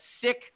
sick